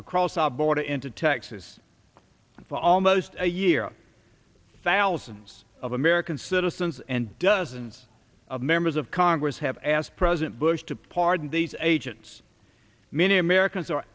across the border into texas for almost a year thousands of american citizens and dozens of members of congress have asked president bush to pardon these agents many americans are